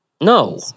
No